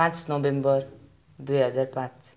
पाँच नोभेम्बर दुई हजार पाँच